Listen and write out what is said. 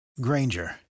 Granger